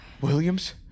Williams